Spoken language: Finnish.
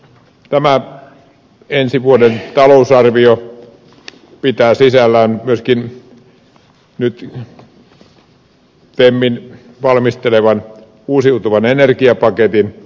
tämä ensi vuoden talousarvio pitää sisällään myöskin nyt temmin valmisteleman uusiutuvan energian paketin